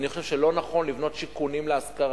אני חושב שלא נכון לבנות שיכונים להשכרה,